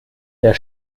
der